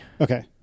Okay